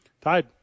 Tied